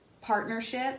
Partnership